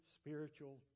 spiritual